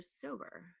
sober